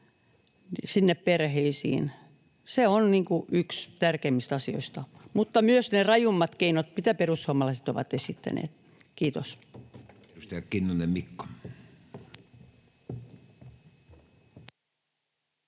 sinne perheisiin — se on yksi tärkeimmistä asioista. Mutta myös ne rajummat keinot, mitä perussuomalaiset ovat esittäneet. — Kiitos.